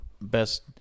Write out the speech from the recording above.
best